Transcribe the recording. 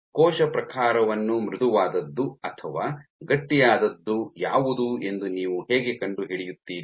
ಕೋಶ ಪ್ರಕಾರವನ್ನು ಮೃದುವಾದದ್ದು ಅಥವಾ ಗಟ್ಟಿಯಾದದ್ದು ಯಾವುದು ಎಂದು ನೀವು ಹೇಗೆ ಕಂಡುಹಿಡಿಯುತ್ತೀರಿ